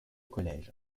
collège